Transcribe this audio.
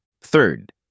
Third